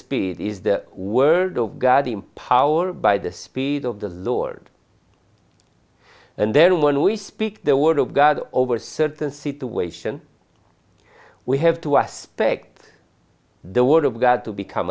speed is the word of god empowered by the speed of the lord and then when we speak the word of god over certain situation we have two aspects the word of god to become